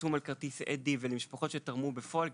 שחתום על כרטיס אדי ולמשפחות שתרמו בפועל,